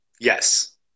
Yes